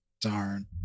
Darn